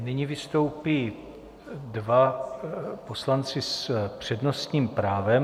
Nyní vystoupí dva poslanci s přednostním právem.